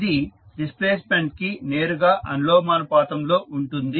ఇది డిస్ప్లేస్మెంట్ కి నేరుగా అనులోమానుపాతం లో ఉంటుంది